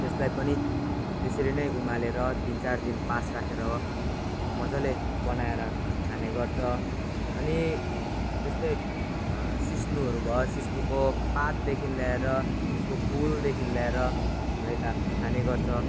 त्यसलाई पनि त्यसरी नै उमालेर तिन चार दिन पास राखेर मजाले बनाएर खाने गर्छ अनि त्यस्तै सिस्नोहरू भयो सिस्नोको पातदेखिन् लिएर त्यसको फुलदेखिन् लिएर हाम्रो यता खाने गर्छ